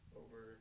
over